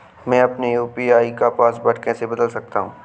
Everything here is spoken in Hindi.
मैं अपने यू.पी.आई का पासवर्ड कैसे बदल सकता हूँ?